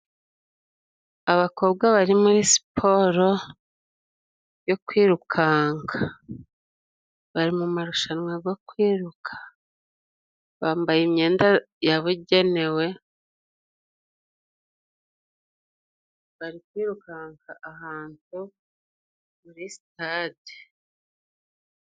Abakobwa bari muri siporo yo kwirukanka, bari mumarushanwa go kwiruka bambaye imyenda yabugenewe, bari kwirukanka ahantu muri stade.